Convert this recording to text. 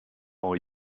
henri